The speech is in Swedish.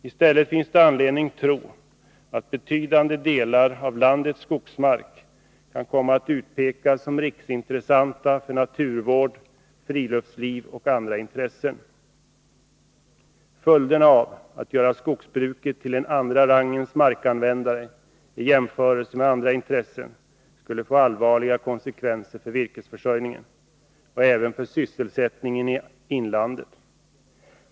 I stället finns det anledning tro att betydande delar av landets skogsmark kan komma att utpekas som riksintressanta för naturvård, friluftsliv och andra intressen. Följderna av att göra skogsbrukarna till en andra rangens markanvändare i jämförelse med andra intressen skulle få allvarliga konsekvenser för virkesförsörjningen och även för sysselsättningen i inlandet.